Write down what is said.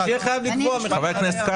שיהיה חייב לקבוע מחיר חנייה.